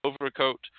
overcoat